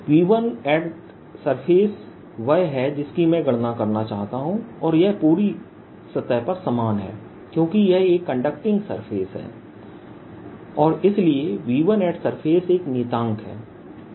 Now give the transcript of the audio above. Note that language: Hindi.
V1surface वह है जिसकी मैं गणना करना चाहता हूं और यह पूरी सतह पर समान है क्योंकि यह एक कंडक्टिंग सरफेस है और इसलिए V1surface एक नियतांक है